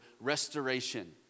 restoration